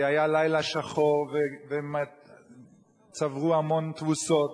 היה לילה שחור וצברו המון תבוסות,